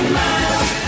miles